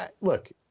Look